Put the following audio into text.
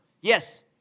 Yes